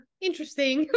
interesting